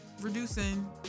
reducing